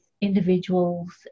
individuals